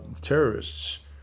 terrorists